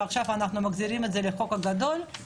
ועכשיו אנחנו מחזירים את זה לחוק הגדול.